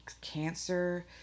Cancer